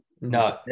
No